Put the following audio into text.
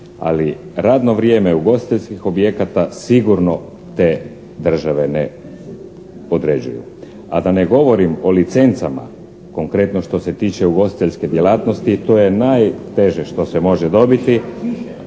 ali radno vrijeme ugostiteljskih objekata sigurno te države ne određuju. A da ne govorim o licencama, konkretno što se tiče ugostiteljske djelatnosti, to je najteže što se može dobiti.